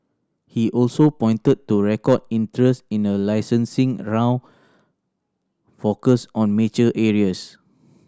he also pointed to record interest in a licensing round focused on mature areas